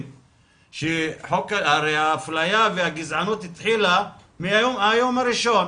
הרי האפליה והגזענות התחילה מהיום הראשון.